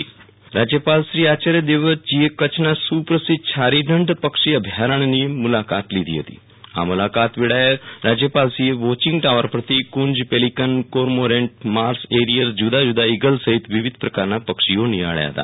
વિરલ રાણા રાજયપાલ છારી ઢંઢ પક્ષી અભ્યારણ રાજ્યપાલશ્રીઆયાર્ય દેવવ્રતજીએ કચ્છના સુ પ્રસિદ્ધ છારી ઢંઢ પક્ષી અભયારણ્યની મુલાકાત લીધી હતીઆ મુલાકાત વેળાએ રાજ્યપાલશ્રીએ વોચીંગ ટોવર પરથી કુંજપેલીકન કોરમોરેન્ટ માર્સ એરીયર જુદા જુદા ઇગલ સહિત વિવિધ પ્રકારનાં પક્ષીઓ નીંહાળ્યા હતા